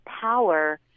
power